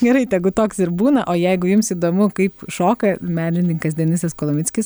gerai tegu toks ir būna o jeigu jums įdomu kaip šoka menininkas denisas kolomickis